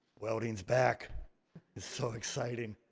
welding's back, it's so exciting.